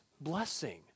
blessing